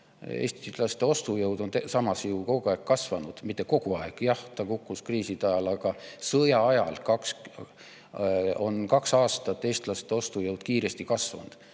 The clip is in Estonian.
Eestlaste ostujõud on samas ju kogu aeg kasvanud. Jah, mitte kogu aeg, see kukkus kriisi ajal, aga sõja ajal on kaks aastat eestlaste ostujõud kiiresti kasvanud.